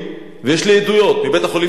ויש לי עדויות מבית-החולים "סורוקה",